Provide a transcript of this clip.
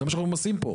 זה מה שאנחנו עושים פה,